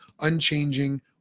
unchanging